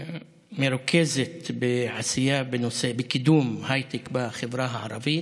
ומרוכזת בקידום הייטק בחברה הערבית.